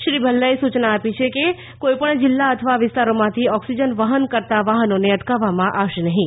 શ્રી ભલ્લાએ સુયના આપી છે કે કોઈ પણ જિલ્લા અથવા વિસ્તારોમાંથી ઓક્સિજન વહન કરતા વાહનોને અટકાવવામાં આવશે નહીં